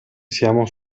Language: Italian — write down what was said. siamo